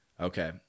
okay